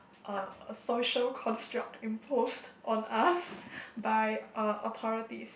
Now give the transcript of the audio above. a a social construct imposed on us by uh authorities